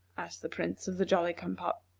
asked the prince of the jolly-cum-pop.